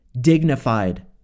dignified